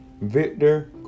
victor